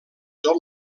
tot